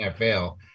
NFL